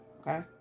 Okay